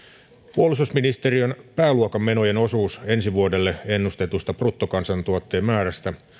puolustusministeriön pääluokan menojen osuus ensi vuodelle ennustetusta bruttokansantuotteen määrästä